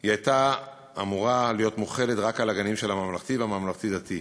היא הייתה אמורה להיות מוחלת רק על הגנים של הממלכתי והממלכתי-דתי.